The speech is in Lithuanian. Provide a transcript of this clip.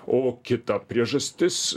o kita priežastis